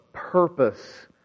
purpose